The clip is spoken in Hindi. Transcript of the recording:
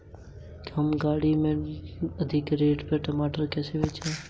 क्या मैं के.वाई.सी खुद अपने फोन से कर सकता हूँ?